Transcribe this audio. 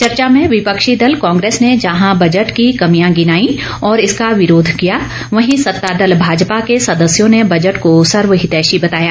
चर्चा में विपक्षी दल कांग्रेस ने जहां बजट की कमियां गिनाई और इसका विरोध किया वहीं सत्ता दल भाजपा के सदस्यों ने बजट को सर्वहितैषी बताया